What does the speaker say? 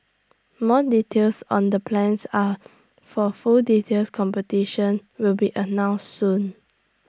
more details on the plans are for full details competition will be announced soon